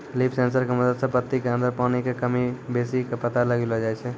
leaf sensor के मदद सॅ पत्ती के अंदर पानी के कमी बेसी के पता लगैलो जाय छै